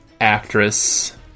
actress